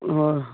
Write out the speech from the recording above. ꯑꯣ